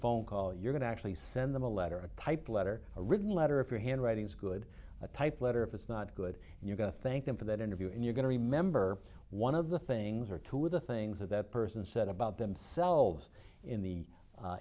phone call you're going to actually send them a letter a type a letter a written letter if your handwriting is good a type letter if it's not good and you've got to thank them for that interview and you're going to remember one of the things or two of the things that that person said about themselves in the